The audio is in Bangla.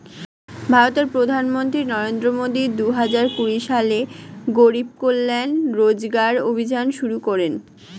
ভারতের প্রধানমন্ত্রী নরেন্দ্র মোদি দুহাজার কুড়ি সালে গরিব কল্যাণ রোজগার অভিযান শুরু করেন